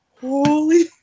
holy